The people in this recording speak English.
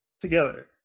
together